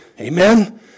amen